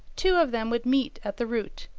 two of them would meet at the root,